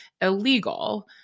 illegal